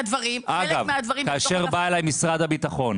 אגב, כאשר בא אלי משרד הביטחון